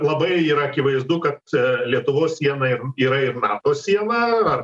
labai yra akivaizdu kad lietuvos siena yra ir nato siena ar